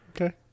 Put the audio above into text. Okay